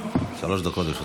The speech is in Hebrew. שלוש דקות לרשותך.